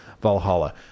Valhalla